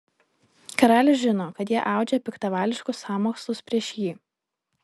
karalius žino kad jie audžia piktavališkus sąmokslus prieš jį